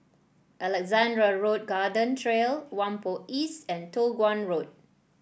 Alexandra Road Garden Trail Whampoa East and Toh Guan Road